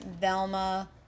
Velma